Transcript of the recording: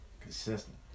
Consistent